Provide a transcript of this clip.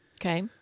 Okay